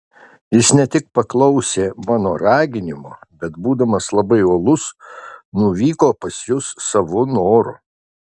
jis ne tik paklausė mano raginimo bet būdamas labai uolus nuvyko pas jus savo noru